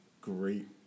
great